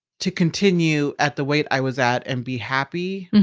to continue at the weight i was at and be happy.